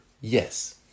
yes